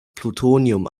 plutonium